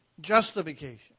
Justification